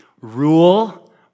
rule